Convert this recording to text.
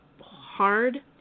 hard